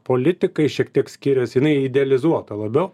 politikai šiek tiek skiriasi jinai idealizuota labiau